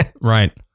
Right